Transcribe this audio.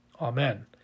Amen